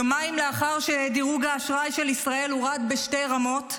יומיים לאחר שדירוג האשראי של ישראל הורד בשתי רמות,